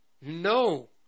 No